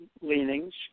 leanings